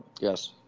Yes